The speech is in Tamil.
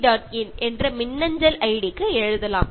in என்ற மின்னஞ்சல் ஐடிக்கு எழுதலாம்